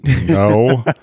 no